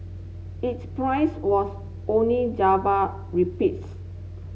its price was only Java rupees